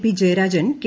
P Jayarajan K